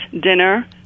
dinner